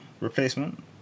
Replacement